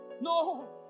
No